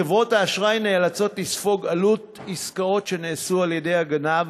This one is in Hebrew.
חברות האשראי נאלצות לספוג עלות עסקאות שנעשו על ידי הגנב,